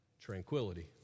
Tranquility